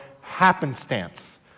happenstance